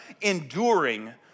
enduring